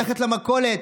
הולכת למכולת,